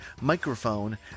microphone